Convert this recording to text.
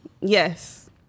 Yes